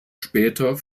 später